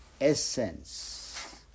essence